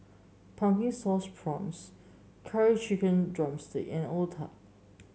Pumpkin Sauce Prawns Curry Chicken drumstick and otah